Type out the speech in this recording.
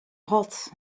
hot